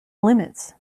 limits